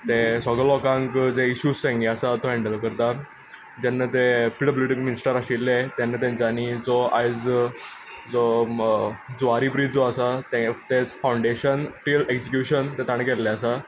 ते सगळे लोकांक जो इश्यूज तेंगे आसा तो हेंडल करतात जेन्ना ते पी डब्लू डी मिनिस्टर आशिल्ले तेन्ना तेंच्यानी जो आयज जो जुंवारी ब्रीज जो आसा तेंग ताजे फांवडेशन टील एक्जीक्युशन तें तांणी केल्लें आसा